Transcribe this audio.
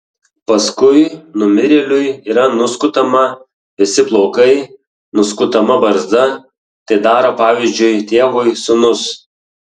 paskui numirėliui yra nuskutama visi plaukai nuskutama barzda tai daro pavyzdžiui tėvui sūnus